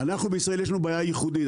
בישראל יש לנו בעיה ייחודית.